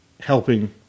helping